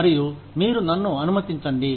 మరియు మీరు నన్ను అనుమతించండి